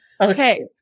Okay